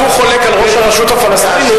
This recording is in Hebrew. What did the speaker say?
הוא חולק על ראש הרשות הפלסטינית,